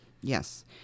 yes